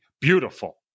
beautiful